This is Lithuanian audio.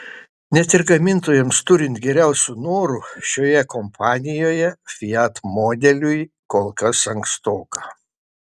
net ir gamintojams turint geriausių norų šioje kompanijoje fiat modeliui kol kas ankstoka